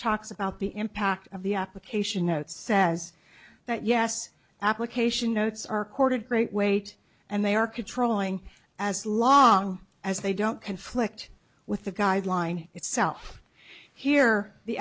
talks about the impact of the application notes says that yes application notes are courted great weight and they are controlling as long as they don't conflict with the guideline itself here the